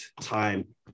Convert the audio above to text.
time